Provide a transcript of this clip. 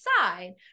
side